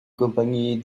compagnie